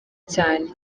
cyane